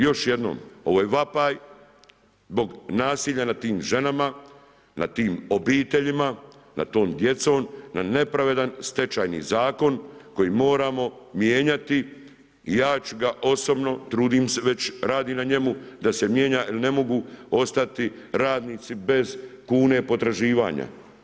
Još jednom, ovo je vapaj, zbog nasilja nad tim ženama, nad tim obiteljima, nad tom djecom, na nepravedan stečajni zakon, koji moramo mijenjati i ja ću ga osobno, trudim se već, radim na njemu, da se mijenja, jer ne mogu ostati radnici bez kune potraživanja.